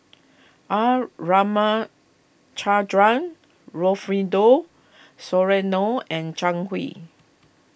R Ramachandran Rufino Soliano and Zhang Hui